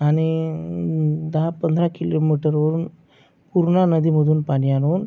आणि दहापंधरा किलोमीटरवरून पूर्ण नदीमधून पाणी आणून